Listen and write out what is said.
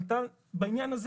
כאן בעניין הזה,